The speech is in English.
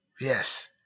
Yes